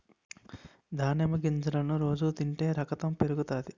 దానిమ్మ గింజలను రోజు తింటే రకతం పెరుగుతాది